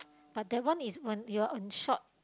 but that one is when you are on short